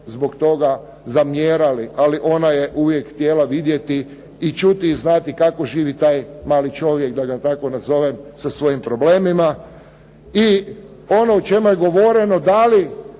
zbog toga zamjerali, ali ona je uvijek htjela vidjeti i čuti i znati kako živi taj mali čovjek da ga tako nazovem sa svojim problemima. I ono o čemu je govoreno, da li